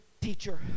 teacher